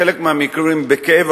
בחלק מהמקרים בכאב,